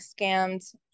scammed